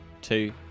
two